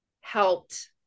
helped